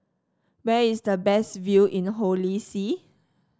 where is the best view in Holy See